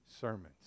sermons